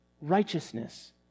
Righteousness